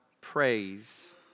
praise